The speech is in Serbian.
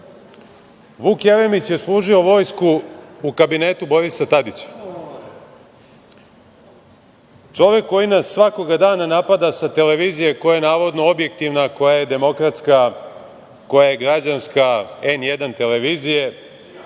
Vuk Jeremić je služio vojsku u kabinetu Borisa Tadića. Čovek koji nas svakoga dana napada sa televizije koja je navodno objektivna, koja je demokratska, koja je građanska, „N1“ Televizije,